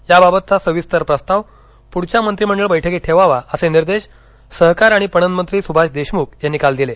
याबाबतचा सविस्तर प्रस्ताव पुढच्या मंत्रिमंडळ बैठकीत ठेवावा असे निर्देश सहकार आणि पणन मंत्री सुभाष देशमुख यांनी काल दिले